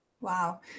Wow